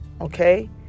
Okay